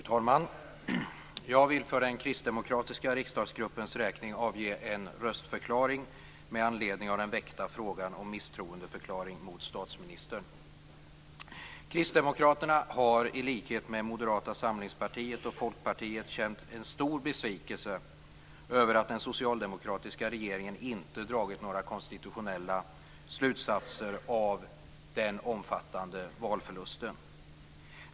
Fru talman! Jag vill för den kristdemokratiska riksdagsgruppens räkning avge en röstförklaring med anledning av den väckta frågan om misstroendeförklaring mot statsministern. Kristdemokraterna har i likhet med Moderata samlingspartiet och Folkpartiet känt en stor besvikelse över att den socialdemokratiska regeringen inte dragit några konstitutionella slutsatser av den omfattande valförlusten.